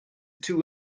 two